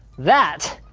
that